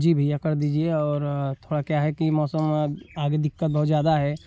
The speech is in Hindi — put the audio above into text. जी भैया कर दीजिए और थोड़ा क्या है कि मौसम आगे आगे दिक्कत बहुत ज़्यादा है